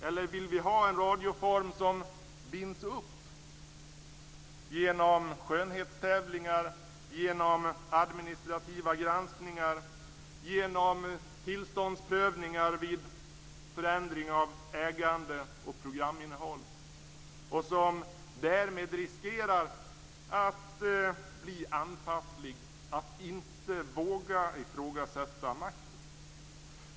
Eller vill vi ha en radioform som binds upp genom skönhetstävlingar, genom administrativa granskningar, genom tillståndsprövningar vid förändring av ägande och programinnehåll - en radioform som därmed riskerar att bli anpasslig och inte vågar ifrågasätta makten?